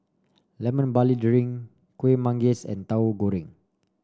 Lemon Barley Drink Kuih Manggis and Tahu Goreng